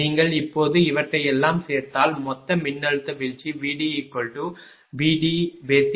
நீங்கள் இப்போது இவற்றையெல்லாம் சேர்த்தால் மொத்த மின்னழுத்த வீழ்ச்சி VDVDAVDBVDC1